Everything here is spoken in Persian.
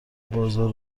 بازار